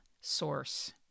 source